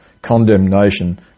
condemnation